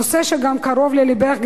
נושא שגם קרוב ללבך,